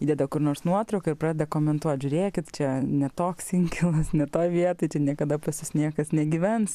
įdeda kur nors nuotrauką ir pradeda komentuot žiūrėkit čia ne toks inkilas ne toj vietoj čia niekada pas jus niekas negyvens